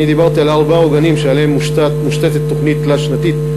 אני דיברתי על ארבעה עוגנים שעליהם מושתתת תוכנית תלת-שנתית,